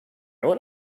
want